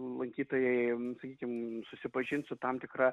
lankytojai sakykim susipažint su tam tikra